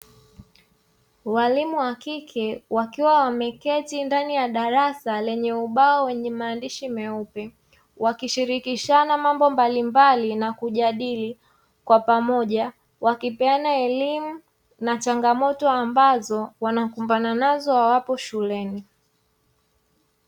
Walimu wakike wakiwa wameketi ndani ya darasa lenye ubao wenye maandishi meupe; wakishirikishana mambo mbalimbali na kujadili kwa pamoja, wakipeana elimu na changamoto ambazo wanakumbana nazo wawapo shuleni.